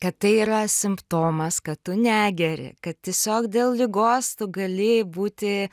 kad tai yra simptomas kad tu negeri kad tiesiog dėl ligos tu galėjai būti